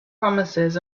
promises